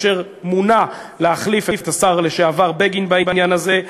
אשר מונה להחליף את השר לשעבר בגין בעניין הזה.